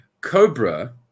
Cobra